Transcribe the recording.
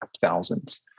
thousands